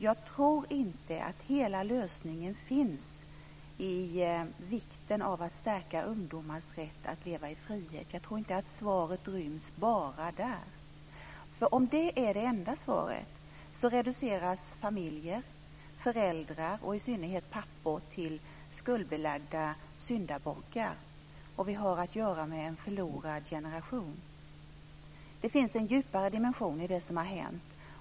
Jag tror inte att hela lösningen finns i vikten av att stärka ungdomars rätt att leva i frihet. Jag tror inte att svaret ryms bara där. För om det är det enda svaret reduceras familjer, föräldrar och i synnerhet pappor till skuldbelagda syndabockar, och vi har att göra med en förlorad generation. Det finns en djupare dimension i det som har hänt.